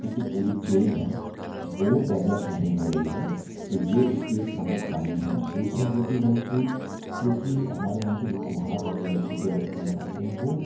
एक जो पूरी चैन है वो डेवेलप नहीं हो रही है तो ये इसकी एक प्रमुख हानि है दूसरा ये भी है कि चूकि हमारे यहाँ के जो कुम्हार हैं जो मिट्टी के बर्तन बनाते हैं वो